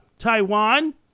Taiwan